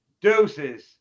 Deuces